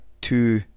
two